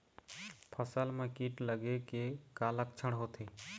फसल म कीट लगे के का लक्षण होथे?